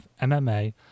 MMA